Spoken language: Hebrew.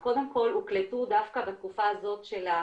קודם כל, הוקלטו דווקא בתקופה הזאת של הקורונה,